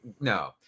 No